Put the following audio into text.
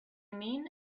mean